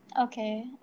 Okay